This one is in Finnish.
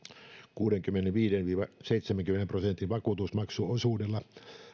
kuudenkymmenenviiden viiva seitsemänkymmenen prosentin vakuutusmaksuosuudella